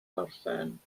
gorffen